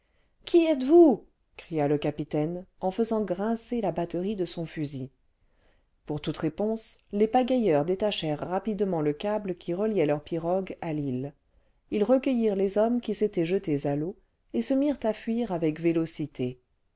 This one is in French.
qui êtes-vous cria le capitaine en faisant grincer la batterie de son fusil pour toute réponse les pagayeurs détachèrent rapidement le câble qui reliait leurs pirogues à l'île ils recueillirent les hommes qui s'étaient jetés à l'eau et se mirent à fuir avec vélocité